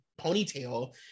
ponytail